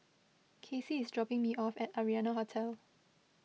Kasie is dropping me off at Arianna Hotel